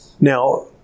Now